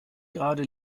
gerade